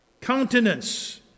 Countenance